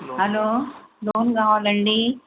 hello loan కావాలండి